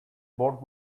board